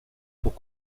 pour